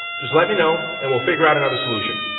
just let me know, and we'll figure out another solution.